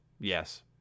Yes